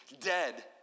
dead